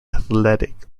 athletic